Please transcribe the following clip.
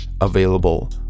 available